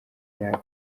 yabo